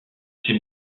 ses